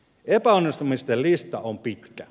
epäonnistumisten lista on pitkä